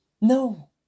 no